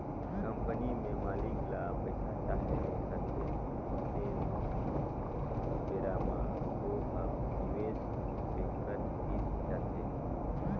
company में मालिक ल पइसा चाही रहथें तेन बेरा म ओ ह निवेस बेंकर तीर जाथे